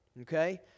Okay